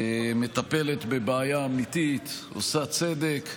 מטפלת בבעיה אמיתית, עושה צדק.